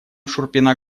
шурпина